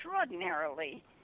extraordinarily